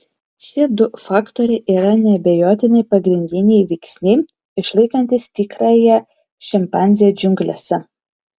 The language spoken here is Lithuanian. šie du faktoriai yra neabejotinai pagrindiniai veiksniai išlaikantys tikrąją šimpanzę džiunglėse